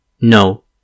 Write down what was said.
No